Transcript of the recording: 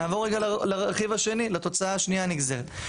נעבור לרכיב השני, לתוצאה השנייה הנגזרת.